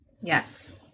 Yes